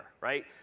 right